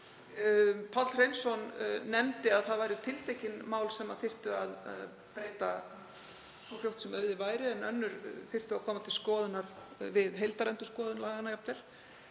Páll Hreinsson nefndi að það væru tiltekin mál sem þyrfti að breyta svo fljótt sem auðið væri en önnur þyrftu að koma til skoðunar við heildarendurskoðun laganna jafnvel.